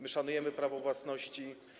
My szanujemy prawo własności.